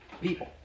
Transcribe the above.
people